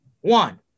One